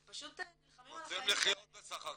הם פשוט נלחמים על החיים שלהם.